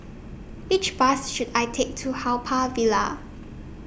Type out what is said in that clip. Which Bus should I Take to Haw Par Villa